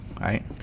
right